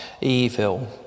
evil